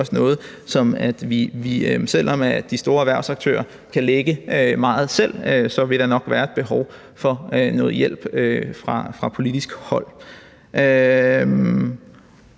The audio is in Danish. selv om de store erhvervsaktører kan lægge meget selv, nok vil være et behov for noget hjælp fra politisk hold.